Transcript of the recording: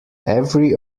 every